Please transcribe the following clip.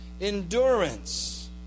endurance